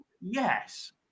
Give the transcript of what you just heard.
Yes